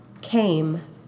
came